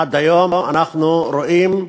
עד היום אנחנו רואים,